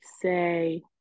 say